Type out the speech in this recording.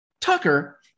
Tucker